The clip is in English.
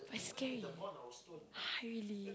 but it's scary !huh! really